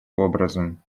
образом